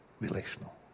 relational